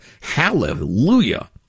Hallelujah